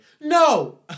no